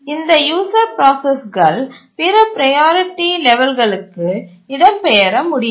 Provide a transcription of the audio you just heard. இந்த யூசர் ப்ராசஸ்கள் பிற ப்ரையாரிட்டி லெவல்களுக்கு இடம்பெயர முடியாது